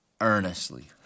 earnestly